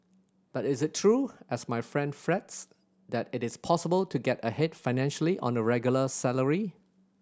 but is it true as my friend frets that it is possible to get ahead financially on a regular salary